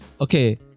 Okay